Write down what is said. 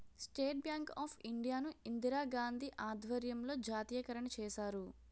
state bank of India ను ఇందిరాగాంధీ ఆధ్వర్యంలో జాతీయకరణ చేశారు